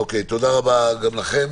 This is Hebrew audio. תודה רבה גם לכם.